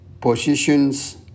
positions